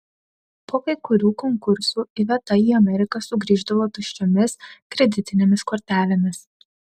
po kai kurių konkursų iveta į ameriką sugrįždavo tuščiomis kreditinėmis kortelėmis